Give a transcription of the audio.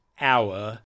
hour